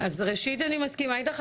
אז ראשית אני מסכימה איתך,